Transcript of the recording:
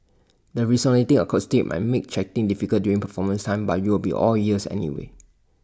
the resonating acoustics might make chatting difficult during performance time but you will be all ears anyway